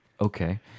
okay